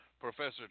Professor